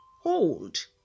hold